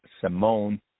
Simone